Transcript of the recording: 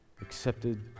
accepted